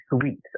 sweet